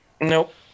Nope